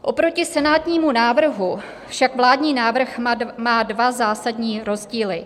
Oproti senátnímu návrhu však vládní návrh má dva zásadní rozdíly.